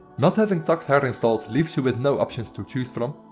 not having tucked hair installed leaves you with no options to choose from,